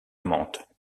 amante